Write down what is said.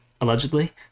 allegedly